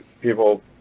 people